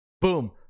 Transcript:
boom